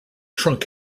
trunk